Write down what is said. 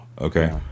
okay